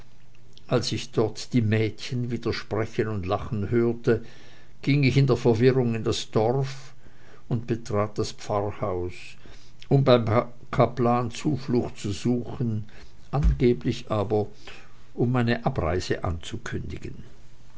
als ich dort die mädchen wieder sprechen und lachen hörte ging ich in der verwirrung in das dorf und betrat das pfarrhaus um beim kaplan zuflucht zu suchen angeblich aber um meine abreise anzukündigen